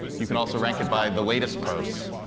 you can also rank it by the latest posts.